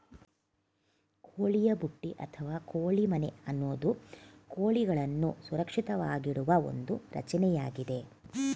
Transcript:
ಕೋಳಿಯ ಬುಟ್ಟಿ ಅಥವಾ ಕೋಳಿ ಮನೆ ಅನ್ನೋದು ಕೋಳಿಗಳನ್ನು ಸುರಕ್ಷಿತವಾಗಿಡುವ ಒಂದು ರಚನೆಯಾಗಿದೆ